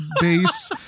base